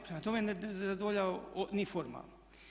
Prema tome ne zadovoljava ni formalno.